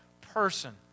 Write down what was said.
person